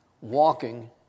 walking